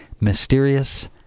Mysterious